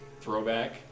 Throwback